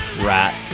Rat